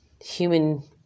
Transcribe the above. human